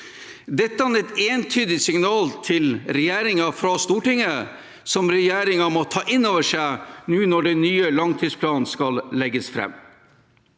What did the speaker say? Dette er et entydig signal til regjeringen fra Stortinget som regjeringen må ta inn over seg nå når den nye langtidsplanen skal legges fram.